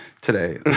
today